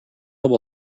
will